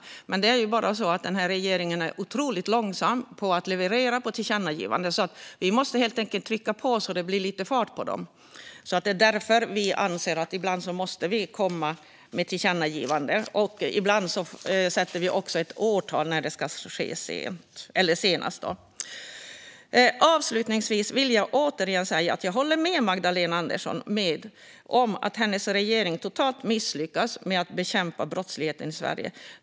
Det är bara så att regeringen är otroligt långsam när det gäller att leverera på tillkännagivanden. Vi måste helt enkelt trycka på så att det blir lite fart på dem. Då måste vi ibland komma med tillkännagivanden, och ibland sätter vi också ett årtal för när det senast ska ske. Avslutningsvis vill jag återigen säga att jag håller med Magdalena Andersson om att hennes regering har misslyckats totalt med att bekämpa brottsligheten i Sverige.